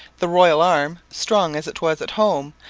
the royal arm, strong as it was at home,